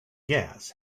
gas